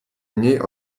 mniej